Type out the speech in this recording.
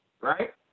right